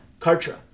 Kartra